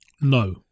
No